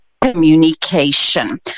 communication